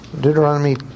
Deuteronomy